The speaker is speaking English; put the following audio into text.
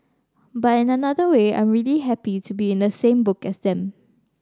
but in another way I'm really happy to be in the same book as them